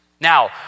Now